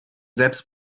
selbst